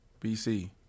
BC